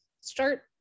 start